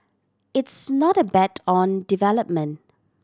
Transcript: it's not a bet on development